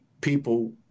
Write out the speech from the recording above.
people